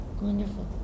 Wonderful